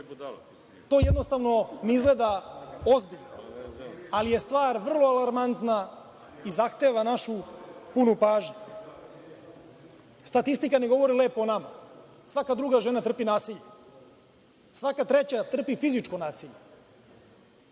to jednostavno ne izgleda ozbiljno, ali je stvar vrlo alarmantna i zahteva našu punu pažnju. Statistika ne govori lepo o nama. Svaka druga žena trpi nasilje. Svaka treća trpi fizičko nasilje.